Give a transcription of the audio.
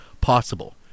possible